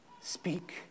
Speak